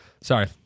Sorry